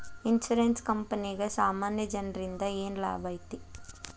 Insurance ಕ್ಂಪನಿಗೆ ಸಾಮಾನ್ಯ ಜನ್ರಿಂದಾ ಏನ್ ಲಾಭೈತಿ?